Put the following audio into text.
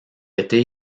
était